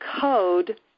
code